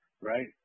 Right